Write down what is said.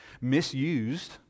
misused